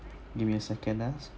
give me a second ah